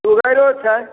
शुगरो छै